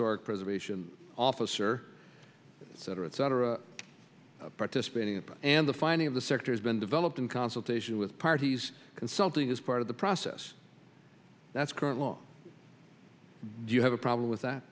or preservation officer cetera et cetera participating and the finding of the sector has been developed in consultation with parties consulting is part of the process that's current long do you have a problem with that